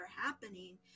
happening